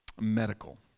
medical